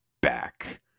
back